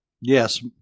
Yes